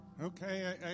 Okay